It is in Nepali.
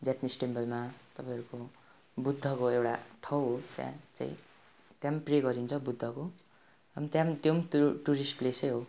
जापनिस टेम्पलमा तपाईँहरूको बुद्धको एउटा ठाउँ हो त्यहाँ चाहिँ त्यहाँ पनि प्रे गरिन्छ बुद्धको अन्त त्यहाँ पनि त्यो पनि टुर टुरिस्ट प्लेसै हो